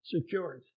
secured